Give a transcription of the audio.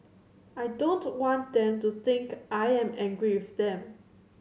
I don't want them to think I am angry with them